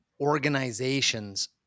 organizations